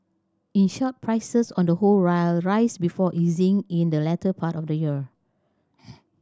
in short prices on the whole will rise before easing in the latter part of the year